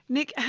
Nick